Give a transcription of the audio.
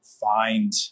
find